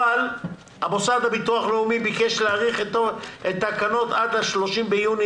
אבל המוסד לביטוח לאומי ביקש להאריך את התקנות עד 30 ביוני